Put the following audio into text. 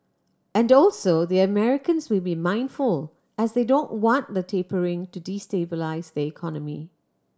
and also the Americans will be mindful as they don't want the tapering to destabilise their economy